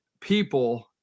people